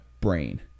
brain